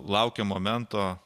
laukė momento